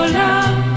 love